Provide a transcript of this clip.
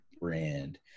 brand